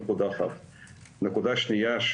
נקודה שניה,